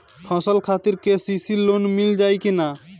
फसल खातिर के.सी.सी लोना मील जाई किना?